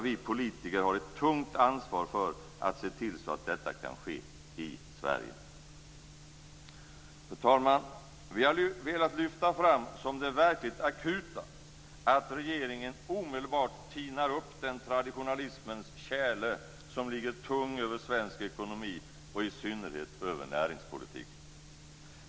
Vi politiker har ett tungt ansvar för att se till att detta kan ske i Fru talman! Vi har velat lyfta fram som det verkligt akuta att regeringen omedelbart tinar upp den traditionalismens tjäle som ligger tung över svensk ekonomi och i synnerhet över näringspolitiken.